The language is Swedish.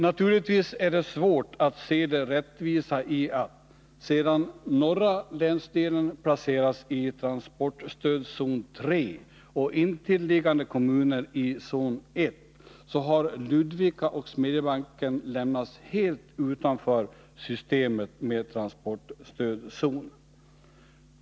Naturligtvis är det svårt att se det rättvisa i att Ludvika och Smedjebacken lämnats helt utanför systemet med transportstödzoner, sedan norra länsdelen placerats i transportstödzon 3 och intilliggande kommuner i zon 1.